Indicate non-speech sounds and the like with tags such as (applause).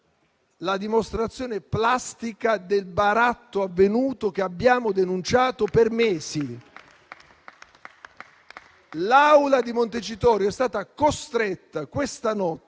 la dimostrazione plastica del baratto avvenuto che abbiamo denunciato per mesi. (applause) L'Aula di Montecitorio è stata costretta questa notte